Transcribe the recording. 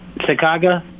Chicago